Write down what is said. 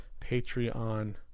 Patreon